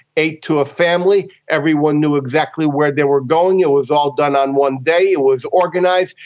eight to a family, everyone knew exactly where they were going, it was all done on one day, it was organised,